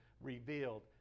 revealed